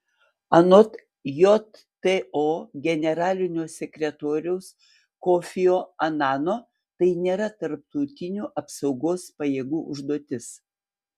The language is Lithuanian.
anot jto generalinio sekretoriaus kofio anano tai nėra tarptautinių apsaugos pajėgų užduotis